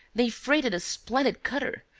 they've freighted a splendid cutter,